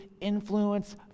influence